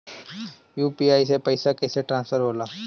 UPI से पैसा कैसे ट्रांसफर होला?